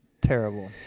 Terrible